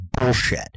bullshit